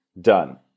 done